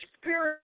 spirit